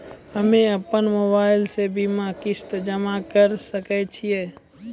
हम्मे अपन मोबाइल से बीमा किस्त जमा करें सकय छियै?